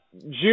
June